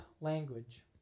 language